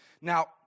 Now